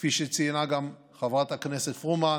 כפי שציינה גם חברת הכנסת פרומן